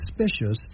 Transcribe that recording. suspicious